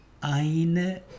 Eine